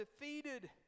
defeated